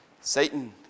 Satan